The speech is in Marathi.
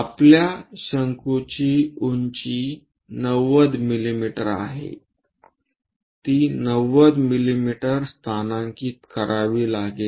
आपल्या शंकूची उंची 90 मिमी आहे ती 90 मिमी स्थानांकित करावी लागेल